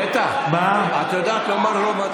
הגיעו להסכמות.